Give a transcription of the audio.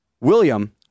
William